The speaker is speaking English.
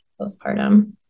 postpartum